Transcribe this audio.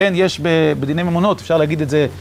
כן, יש בדיני ממונות, אפשר להגיד את זה.